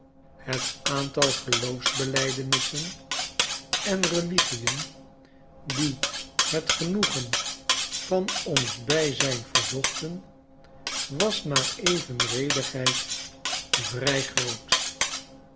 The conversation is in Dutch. het aantal geloofsbelijdenissen en religien die het genoegen van ons bijzijn verzochten was naar evenredigheid vrij groot